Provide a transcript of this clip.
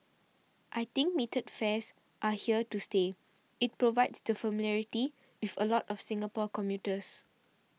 I think metered fares are here to stay it provides the familiarity with a lot of Singapore commuters